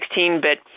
16-bit